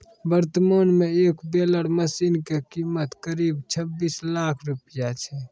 वर्तमान मॅ एक बेलर मशीन के कीमत करीब छब्बीस लाख रूपया छै